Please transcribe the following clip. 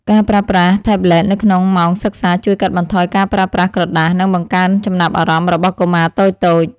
ការប្រើប្រាស់ថេប្លេតនៅក្នុងម៉ោងសិក្សាជួយកាត់បន្ថយការប្រើប្រាស់ក្រដាស និងបង្កើនចំណាប់អារម្មណ៍របស់កុមារតូចៗ។